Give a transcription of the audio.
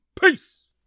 Peace